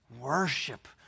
worship